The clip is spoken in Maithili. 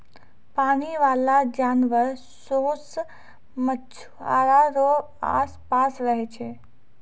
पानी बाला जानवर सोस मछुआरा रो आस पास रहै छै